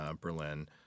Berlin